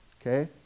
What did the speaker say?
Okay